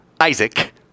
Isaac